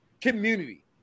community